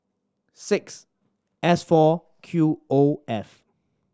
six S four Q O F